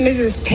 Mrs